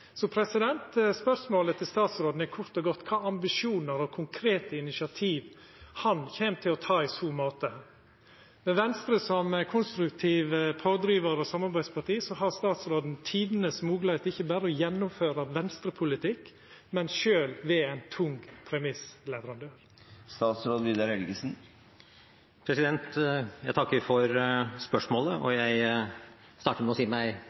Spørsmålet til statsråden er kort og godt: Kva ambisjonar og konkrete initiativ kjem han til å ta i så måte? Med Venstre som konstruktiv pådrivar og samarbeidsparti har statsråden tidenes moglegheit til ikkje berre å gjennomføra Venstre-politikk, men òg til sjølv å vera ein tung premissleverandør. Jeg takker for spørsmålet, og jeg vil starte med å si